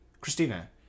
Christina